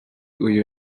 uyu